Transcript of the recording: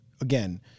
again